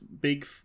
big